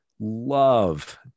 love